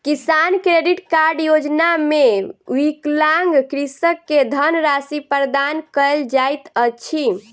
किसान credit card योजना मे विकलांग कृषक के धनराशि प्रदान कयल जाइत अछि